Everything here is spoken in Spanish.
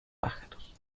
pájaros